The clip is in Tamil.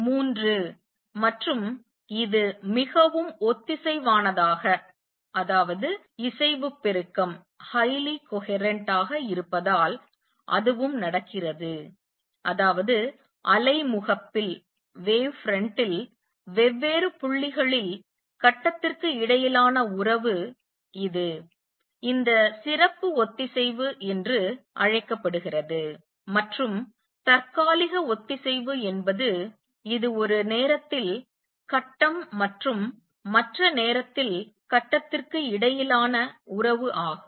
மூன்று மற்றும் இது மிகவும் ஒத்திசைவானதாக இசைவு பெருக்கம் இருப்பதால் அதுவும் நடக்கிறது அதாவது அலை முகப்பில் வெவ்வேறு புள்ளிகளில் கட்டத்திற்கு இடையிலான உறவு இது இந்த சிறப்பு ஒத்திசைவு என்று அழைக்கப்படுகிறது மற்றும் தற்காலிக ஒத்திசைவு என்பது இது ஒரு நேரத்தில் கட்டம் மற்றும் மற்ற நேரத்தில் கட்டத்திற்கு இடையிலான உறவு ஆகும்